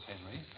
Henry